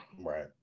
right